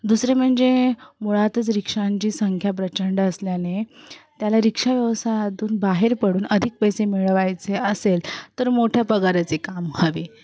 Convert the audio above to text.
दुसरे म्हणजे मुळातच रिक्षांची संख्या प्रचंड असल्याने त्याला रिक्षाव्यवसायातून बाहेर पडून अधिक पैसे मिळवायचे असेल तर मोठ्या पगाराचे काम हवे